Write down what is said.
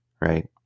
right